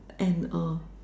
and uh